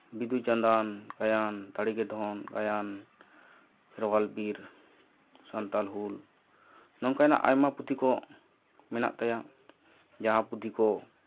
ᱵᱤᱫᱩᱼᱪᱟᱱᱫᱟᱱ ᱜᱟᱭᱟᱱ ᱫᱟᱲᱮ ᱜᱮ ᱫᱷᱚᱱ ᱜᱟᱭᱟᱱ ᱠᱷᱮᱨᱣᱟᱞ ᱵᱤᱨ ᱥᱟᱱᱛᱟᱞ ᱦᱩᱞ ᱱᱚᱝᱠᱟᱱᱟᱜ ᱟᱭᱢᱟ ᱯᱩᱛᱷᱤ ᱠᱚ ᱢᱮᱱᱟᱜ ᱛᱟᱭᱟ ᱡᱟᱦᱟᱸ ᱯᱩᱛᱷᱤ ᱠᱚ